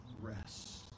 rest